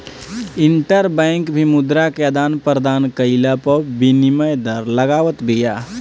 interbank भी मुद्रा के आदान प्रदान कईला पअ विनिमय दर लगावत बिया